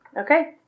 Okay